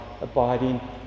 abiding